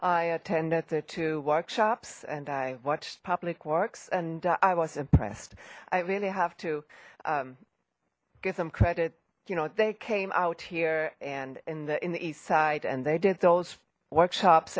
i attended the two workshops and i watched public works and i was impressed i really have to give them credit you know they came out here and in the in the east side and they did those workshops